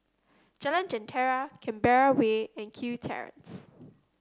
Jalan Jentera Canberra Way and Kew Terrace